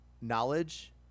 knowledge